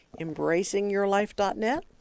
embracingyourlife.net